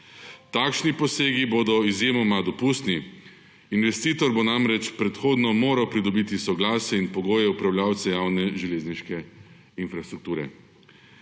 Takšni posegi bodo izjemoma dopustni, investitor bo namreč predhodno moral pridobiti soglasje in pogoje upravljavca javne železniške infrastrukture.